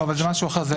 לא, זה משהו אחר.